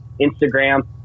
instagram